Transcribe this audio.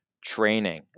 training